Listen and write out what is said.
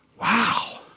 Wow